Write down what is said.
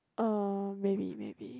uh maybe maybe